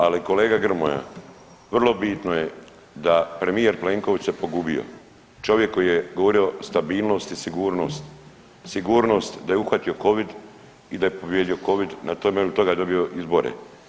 Ali kolega Grmoja, vrlo bitno je da premijer Plenković se pogubio, čovjek koji je govorio o stabilnosti i sigurnosti, sigurnost da je uhvatio covid i da je pobijedio covid na tome, jel toga je dobio izbore.